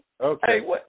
Okay